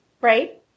Right